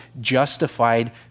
justified